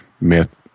myth